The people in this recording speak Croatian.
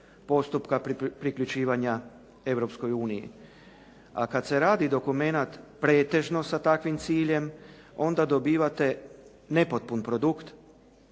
postupka priključivanja Europskoj uniji. A kad se radi dokument pretežno sa takvim ciljem, onda dobivate nepotpun produkt